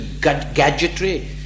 gadgetry